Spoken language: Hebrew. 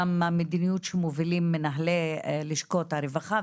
גם המדיניות שמובילים מנהלי לשכות הרווחה,